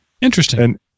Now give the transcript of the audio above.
Interesting